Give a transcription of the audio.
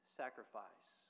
sacrifice